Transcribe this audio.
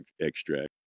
extract